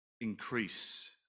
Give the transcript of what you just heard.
increase